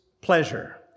pleasure